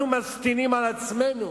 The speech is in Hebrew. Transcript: אנחנו משטינים על עצמנו.